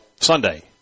Sunday